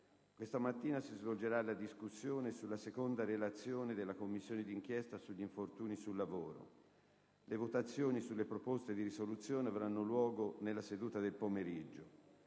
Questa mattina si svolgerà la discussione sulla seconda relazione della Commissione di inchiesta sugli infortuni sul lavoro. Le votazioni sulle proposte di risoluzione avranno luogo oggi pomeriggio.